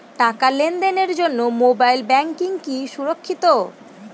টাকা লেনদেনের জন্য মোবাইল ব্যাঙ্কিং কি সুরক্ষিত?